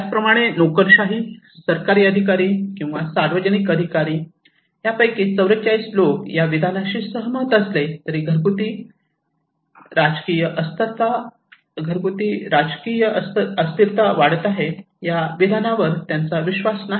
त्याचप्रमाणे नोकरशाही सरकारी अधिकारी किंवा सार्वजनिक अधिकारी यापैकी 44 लोक या विधानाशी सहमत असले तरी घरगुती राजकीय अस्थिरता वाढत आहे यावर त्यांचा विश्वास नाही